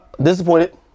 Disappointed